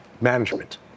management